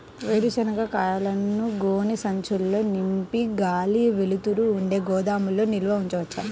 వేరుశనగ కాయలను గోనె సంచుల్లో నింపి గాలి, వెలుతురు ఉండే గోదాముల్లో నిల్వ ఉంచవచ్చా?